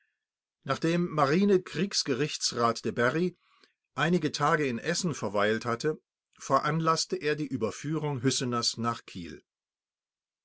nachdem marine kriegsgerichtsrat de bary einige tage in essen verweilt hatte veranlaßte er die überführung hüsseners nach kiel